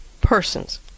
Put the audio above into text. persons